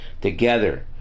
Together